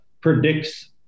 predicts